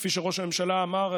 כפי שראש הממשלה אמר,